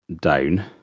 down